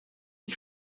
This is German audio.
ich